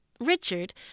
Richard